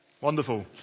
wonderful